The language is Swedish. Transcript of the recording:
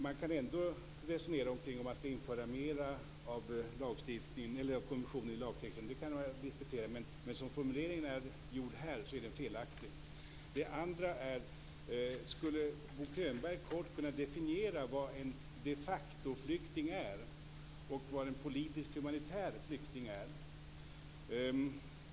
Man kan ändå resonera om huruvida det skall införas mer av konventionen i lagtexten - det kan vi diskutera - men som formuleringen är gjord i reservationen är den felaktig. Det andra är: Skulle Bo Könberg kort kunna definiera vad en de facto-flykting är och vad en politiskhumanitär flykting är?